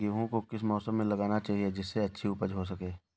गेहूँ को किस मौसम में लगाना चाहिए जिससे अच्छी उपज हो सके?